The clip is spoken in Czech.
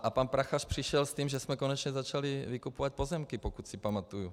A pan Prachař přišel s tím, že jsme konečně začali vykupovat pozemky, pokud si pamatuji.